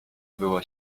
było